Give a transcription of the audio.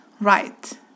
right